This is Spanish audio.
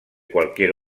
cualquier